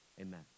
amen